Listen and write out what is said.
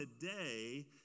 today